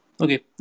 Okay